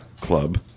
Club